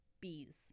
bees